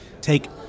take